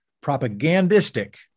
propagandistic